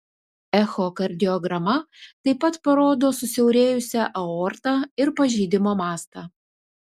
echokardiograma taip pat parodo susiaurėjusią aortą ir pažeidimo mastą